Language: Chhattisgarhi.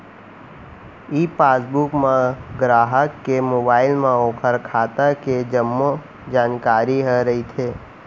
ई पासबुक म गराहक के मोबाइल म ओकर खाता के जम्मो जानकारी ह रइथे